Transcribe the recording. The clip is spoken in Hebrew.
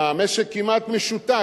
והמשק כמעט משותק,